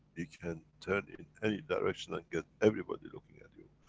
you can turn in any direction and get everybody looking at you,